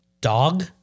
Dog